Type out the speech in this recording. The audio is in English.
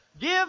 Give